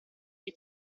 che